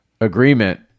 agreement